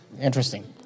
interesting